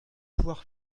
pouvoir